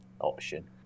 option